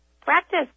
practice